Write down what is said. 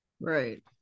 right